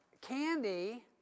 candy